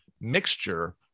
mixture